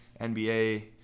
NBA